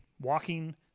walking